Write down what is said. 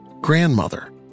grandmother